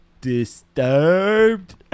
disturbed